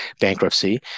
bankruptcy